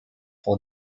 pour